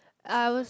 i als~